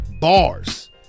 bars